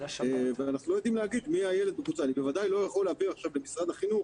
אני בוודאי לא יכול להעביר עכשיו למשרד החינוך